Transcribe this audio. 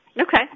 Okay